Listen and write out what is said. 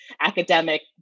academic